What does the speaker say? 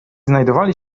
znajdowali